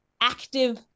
active